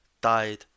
died